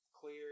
clear